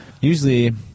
usually